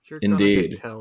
Indeed